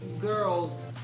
girls